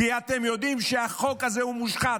כי אתם יודעים שהחוק הזה הוא מושחת,